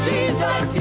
Jesus